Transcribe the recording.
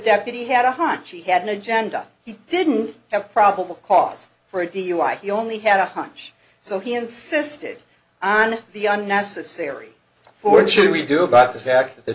deputy had a hunch he had an agenda he didn't have probable cause for a dui he only had a hunch so he insisted on the unnecessary forward should we do about the fact that the